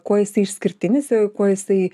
kuo jisai išskirtinis jau kuo jisai